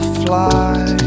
fly